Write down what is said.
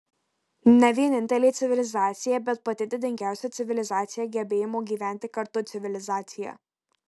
ne vienintelė civilizacija bet pati didingiausia civilizacija gebėjimo gyventi kartu civilizacija